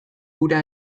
hura